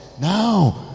now